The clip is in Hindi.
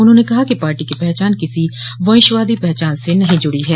उन्होंने कहा कि पार्टी की पहचान किसी वंशवादी पहचान से नहीं जुड़ी है